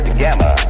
gamma